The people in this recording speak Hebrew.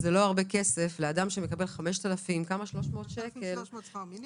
-- לומר שזה לא הרבה כסף לאדם שמקבל 5,300 שקלים שכר מינימום,